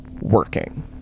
working